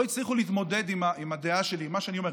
לא הצליחו להתמודד עם הדעה שלי ועם מה שאני אומר.